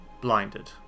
blinded